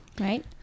Right